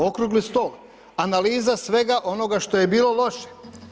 Okrugli stol, analiza svega onoga što je bilo loše.